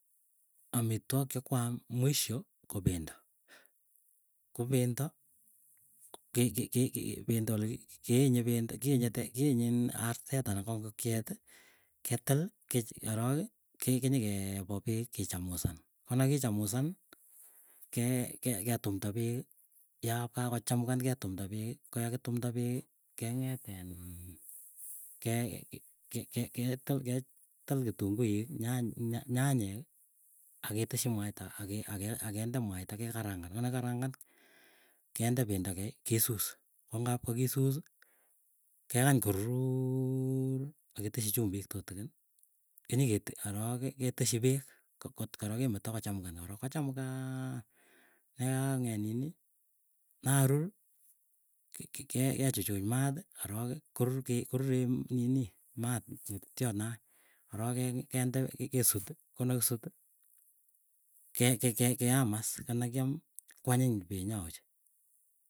Mmh choronok chechuu ko ko kongokero choronok, chechuu komwae, komwachin choronok chun alak kolech ikere chicho. Chicho ko poisyei yae kasiti amatache chii, ako chii nekaran akotinye ng'alek cheche ngong'alalun kotiganin kolechiinii ngeai nii. Ngetakchigei yuu akeyai kasit neuni, kokaron kegere sapet kokakonyo kotogos sapet, konoto nepaipachin, choronok chuk ngoker poisyonik chuuk anendet. Akoyanyenokei kokere kole oyee chichi kokeretai.